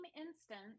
instance